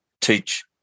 teach